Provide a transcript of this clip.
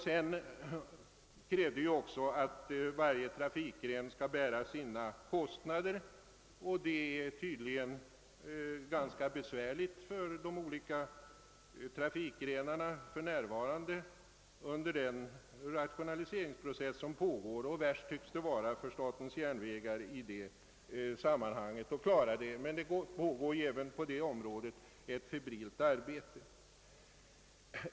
Vi krävde också att varje trafikgren skall bära sina kostnader, men detta är tydligen under den tid rationalise ringen pågår ett ganska besvärligt problem för de olika trafikgrenarna. Svårast tycks det vara för statens järnvägar att klara detta, men det pågår ju även på det området ett febrilt rationaliseringsarbete.